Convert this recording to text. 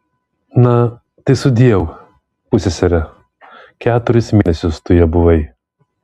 na tai sudieu pussesere keturis mėnesius tu ja buvai